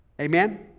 Amen